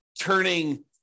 turning